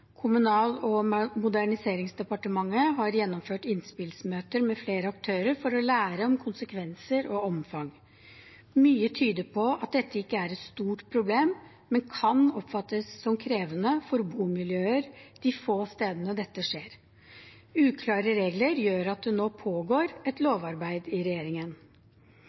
Kommunal- og moderniseringsdepartementet har gjennomført innspillsmøter med flere aktører for å lære om konsekvenser og omfang. Mye tyder på at dette ikke er et stort problem, men kan oppfattes som krevende for bomiljøer de få stedene dette skjer. Uklare regler gjør at det nå pågår et lovarbeid i regjeringen.